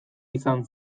izan